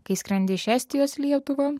kai skrendi iš estijos į lietuvą